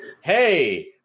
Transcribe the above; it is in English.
Hey